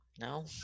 no